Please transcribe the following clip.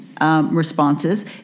Responses